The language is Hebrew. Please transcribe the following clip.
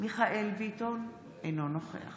מיכאל מרדכי ביטון, אינו נוכח